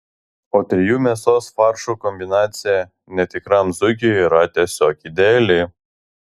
o trijų mėsos faršų kombinacija netikram zuikiui yra tiesiog ideali